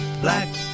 black